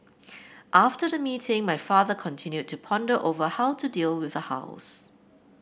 after the meeting my father continued to ponder over how to deal with the house